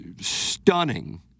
stunning